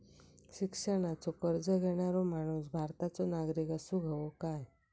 शिक्षणाचो कर्ज घेणारो माणूस भारताचो नागरिक असूक हवो काय?